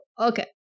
okay